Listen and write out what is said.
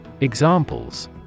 Examples